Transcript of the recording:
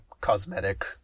cosmetic